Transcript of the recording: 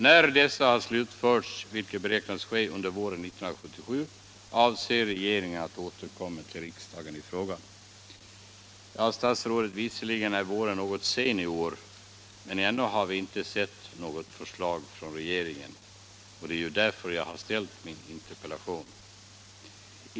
När dessa har avslutats, vilket beräknas ske under våren 1977, avser regeringen att återkomma till riksdagen i frågan.” Visserligen är våren något sen i år, men ännu har vi inte sett något förslag från regeringen. Det är därför jag har framställt min interpellation.